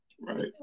Right